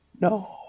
No